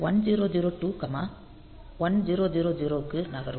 1002 1000 க்கு நகரும்